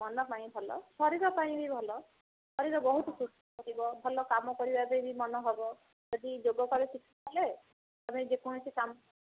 ମନ ପାଇଁ ବି ଭଲ ଶରୀର ପାଇଁ ବି ଭଲ ଶରୀର ବହୁତ ସୁସ୍ଥ ରହିବ ଭଲ କାମ କରିବା ପାଇଁ ବି ମନ ହେବ ଯଦି ଯୋଗ କଲେ ତୁମେ ଯେକୌଣସି କାମ